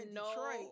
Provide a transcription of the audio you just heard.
no